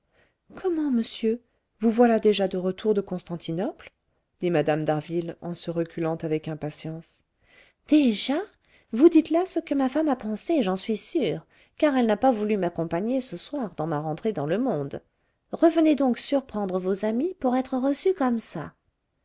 comment monsieur vous voilà déjà de retour de constantinople dit mme d'harville en se reculant avec impatience déjà vous dites là ce que ma femme a pensé j'en suis sûr car elle n'a pas voulu m'accompagner ce soir dans ma rentrée dans le monde revenez donc surprendre vos amis pour être reçu comme ça